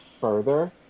further